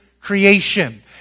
Creation